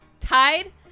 Tied